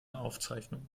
aufzeichnungen